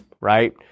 right